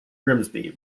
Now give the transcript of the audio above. grimsby